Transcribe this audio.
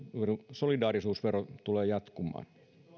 solidaarisuusvero tulee jatkumaan